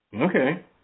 Okay